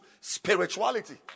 spirituality